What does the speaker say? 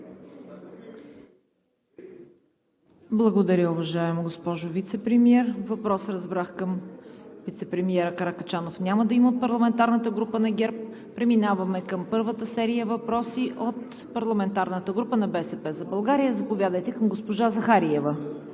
Благодаря, уважаема госпожо Вицепремиер. Въпрос към вицепремиера Каракачанов няма да има от парламентарната група на ГЕРБ. Преминаваме към първата серия въпроси от парламентарната група на „БСП за България“ към госпожа Захариева.